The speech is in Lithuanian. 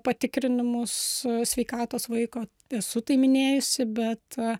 patikrinimus sveikatos vaiko esu tai minėjusi bet